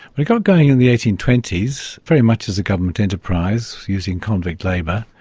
it got going in the eighteen twenty s, very much as a government enterprise using convict labour.